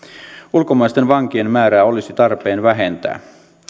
ulkomaisten vankien määrää olisi tarpeen vähentää